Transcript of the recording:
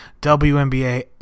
WNBA